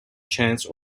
chance